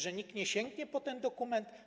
Że nikt nie sięgnie po ten dokument?